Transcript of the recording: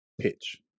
pitch